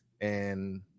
and-